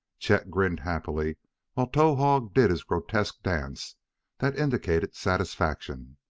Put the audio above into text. chet grinned happily while towahg did his grotesque dance that indicated satisfaction,